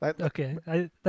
Okay